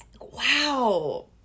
Wow